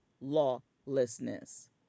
lawlessness